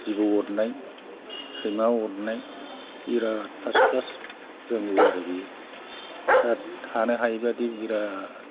जिबौ अरनाय सैमा अरनाय बिराद फार्स्ट क्लास रोंगौ आरो बियो दा थानो हायैबादि बिराद